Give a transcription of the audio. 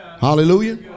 Hallelujah